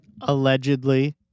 Allegedly